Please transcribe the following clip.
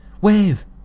Wave